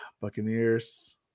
Buccaneers